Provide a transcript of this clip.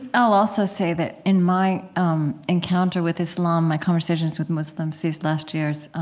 i'll also say that, in my um encounter with islam, my conversations with muslims these last years,